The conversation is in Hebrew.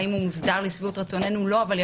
האם הוא מוסדר לשביעות רצוננו?